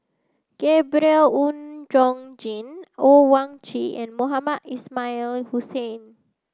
Gabriel Oon Chong Jin Owyang Chi and Mohamed Ismail Hussain